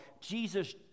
jesus